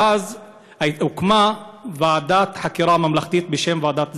ואז הוקמה ועדת חקירה ממלכתית בשם ועדת זיילר,